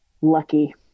Lucky